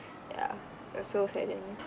ya it was so saddening